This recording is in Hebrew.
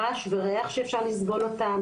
רעש וריח שאפשר לסבול אותם,